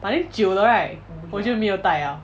but then 久了 right 我就没有带 liao